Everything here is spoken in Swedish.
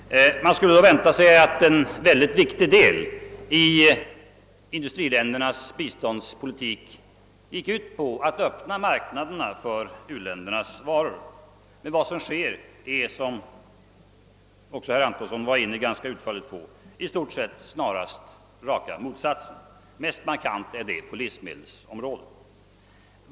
Man skulle vänta sig att en mycket viktig del av industriländernas biståndspolitik gick ut på att öppna marknaderna för u-ländernas varor, men vad som sker är — vilket också herr Antonsson ganska utförligt berört — i stort sett raka motsatsen. Mest markant är detta på livsmedelsområdet.